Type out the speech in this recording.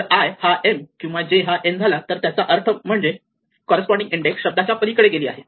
जर i हा m झाला किंवा j हा n झाला तर त्याचा अर्थ म्हणजे कॉररेस्पॉन्डिन्ग इंडेक्स शब्दाच्या पलीकडे गेली आहे